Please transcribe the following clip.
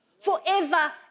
forever